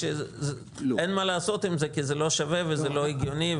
שאין מה לעשות עם זה כי זה לא שווה וזה לא הגיוני.